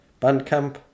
Bandcamp